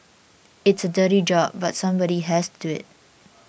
it is a dirty job but somebody has to do it